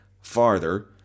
farther